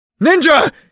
Ninja